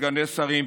סגני שרים,